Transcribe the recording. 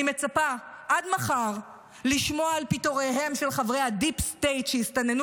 אני מצפה עד מחר לשמוע על פיטוריהם של חברי הדיפ-סטייט שהסתננו